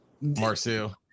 Marcel